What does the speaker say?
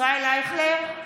(קוראת בשם חבר הכנסת) ישראל אייכלר,